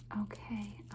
okay